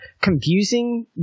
confusing